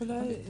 זה מאוד קצר,